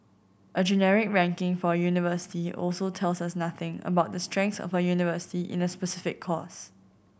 a generic ranking for a university also tell us nothing about the strengths of a university in a specific course